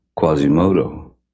Quasimodo